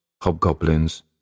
hobgoblins